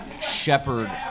shepherd